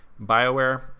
Bioware